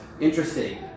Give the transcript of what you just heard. Interesting